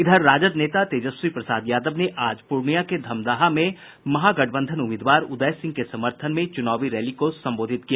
इधर राजद नेता तेजस्वी प्रसाद यादव ने आज पूर्णिया के धमदाहा में महागठबंधन उम्मीदवार उदय सिंह के समर्थन में चुनावी रैली को संबोधित किया